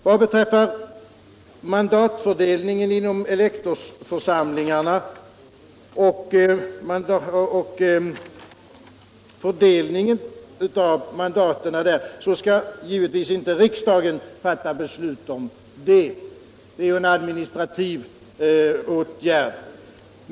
Vad beträffar mandatfördelningen inom elektorsförsamlingarna skall givetvis inte riksdagen fatta beslut. Det är ju en administrativ åtgärd.